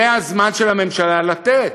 זה הזמן של הממשלה לתת.